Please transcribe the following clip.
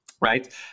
right